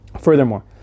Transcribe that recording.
Furthermore